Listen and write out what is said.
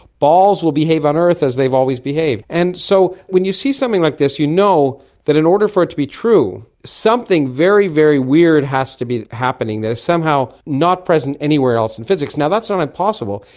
balls will behave on earth as they've always behaved. and so when you see something like this you know that in order for it to be true, something very, very weird has to be happening that is somehow not present anywhere else in physics. and that's not impossible,